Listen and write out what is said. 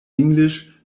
english